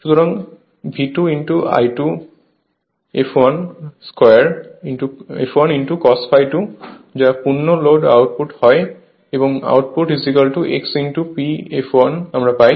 সুতরাং V2 I2 fl cos ∅2 যা পূর্ণ লোড আউটপুট হয় এবং আউটপুট X P fl আমরা পাই